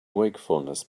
wakefulness